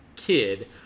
Kid